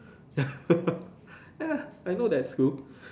ya I know that school